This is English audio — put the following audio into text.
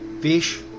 fish